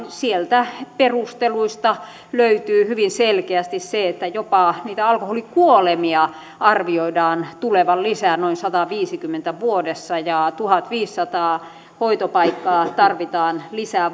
sieltä perusteluista löytyy hyvin selkeästi se että jopa niitä alkoholikuolemia arvioidaan tulevan lisää noin sadassaviidessäkymmenessä vuodessa ja tuhatviisisataa hoitopaikkaa vuodepaikkaa tarvitaan lisää